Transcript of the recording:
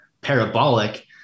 parabolic